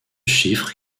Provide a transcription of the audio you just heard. chiffre